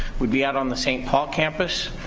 will be out on the st. paul campus